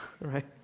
right